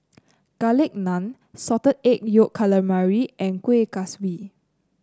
Garlic Naan Salted Egg Yolk Calamari and Kuih Kaswi